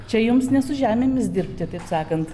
čia jums ne su žemėmis dirbti taip sakant